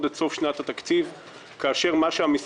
עד סוף שנת התקציב כאשר מה שהמשרד,